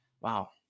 wow